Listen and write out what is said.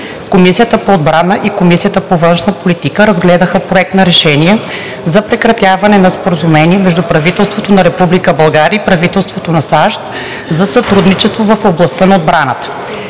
Комисията по отбрана и Комисията по външна политика разгледаха Проект на решение за прекратяване на Споразумение между правителството на Република България и правителството на САЩ за сътрудничество в областта на отбраната.